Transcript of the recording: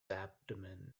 abdomen